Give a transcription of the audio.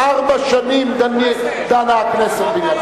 ארבע שנים דנה הכנסת בעניין זה.